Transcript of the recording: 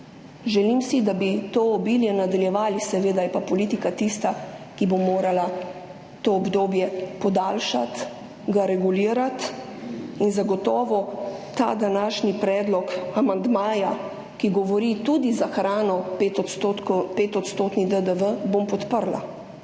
Želim si, da bi to obilje nadaljevali, seveda je pa politika tista, ki bo morala to obdobje podaljšati, ga regulirati in zagotovo ta današnji predlog amandmaja, ki govori tudi za hrano 5-odstotni DDV, bom podprla.